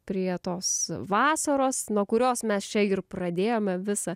prie tos vasaros nuo kurios mes čia ir pradėjome visą